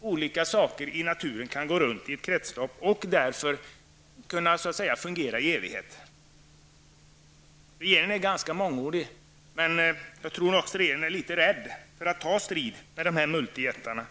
olika saker i naturen kan gå runt i ett kretslopp och fungera i evighet. Regeringen är ganska mångordig, men jag tror att regeringen också är litet rädd för att ta strid med de här multijättarna.